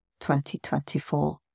2024